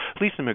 Lisa